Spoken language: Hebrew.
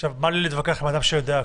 עכשיו, מה לי להתווכח עם בן אדם שיודע הכול?